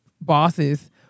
bosses